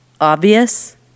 obvious